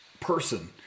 person